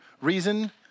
reason